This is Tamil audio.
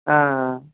ஆ ஆ